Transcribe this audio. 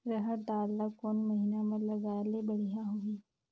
रहर दाल ला कोन महीना म लगाले बढ़िया होही?